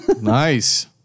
nice